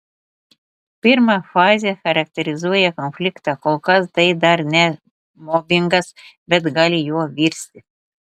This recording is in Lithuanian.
pirma fazė charakterizuoja konfliktą kol kas tai dar ne mobingas bet gali juo virsti